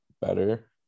better